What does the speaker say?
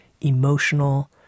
emotional